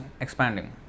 expanding